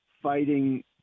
fighting